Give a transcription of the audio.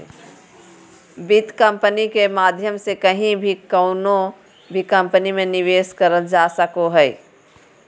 वित्त कम्पनी के माध्यम से कहीं भी कउनो भी कम्पनी मे निवेश करल जा सको हय